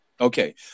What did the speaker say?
Okay